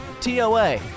TOA